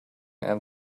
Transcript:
and